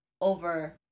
over